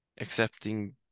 accepting